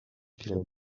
feel